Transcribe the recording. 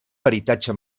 peritatge